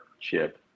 chip